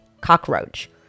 cockroach